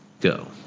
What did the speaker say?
go